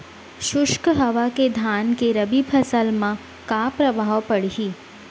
शुष्क हवा के धान के रबि फसल मा का प्रभाव पड़ही?